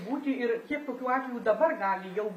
būti ir kiek tokių atvejų dabar gali jau